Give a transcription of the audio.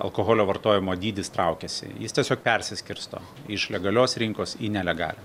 alkoholio vartojimo dydis traukiasi jis tiesiog persiskirsto iš legalios rinkos į nelegalią